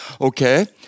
Okay